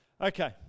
Okay